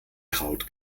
kraut